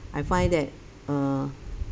I find that err